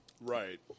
Right